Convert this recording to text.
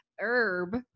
herb